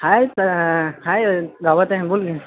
आहे आहे गावात आहे बोल की